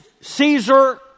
Caesar